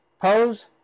Pose